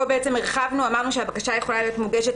פה הרחבנו ואמרנו שהבקשה יכולה להיות מוגשת